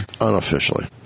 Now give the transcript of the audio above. Unofficially